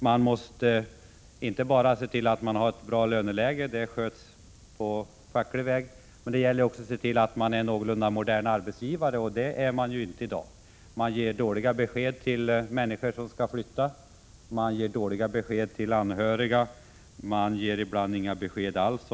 Man måste inte bara se till att man har ett bra löneläge — det sköts på facklig väg — utan det gäller också att se till att man är en någorlunda modern arbetsgivare. Det är man inte om man, som man gör i dag, ger dåliga besked till människor som skall flytta, man ger dåliga besked till anhöriga och man ger ibland inte några besked alls.